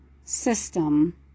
system